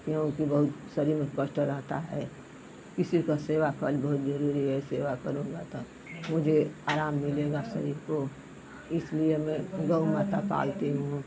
क्योंकि बहुत शरीर में कष्ट रहता है इसी का सेवा कर बहुत जरूरी है सेवा करूंगा त मुझे आराम मिलेगा शरीर को इसलिए मैं गऊ माता पालती हूँ